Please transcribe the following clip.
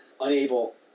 unable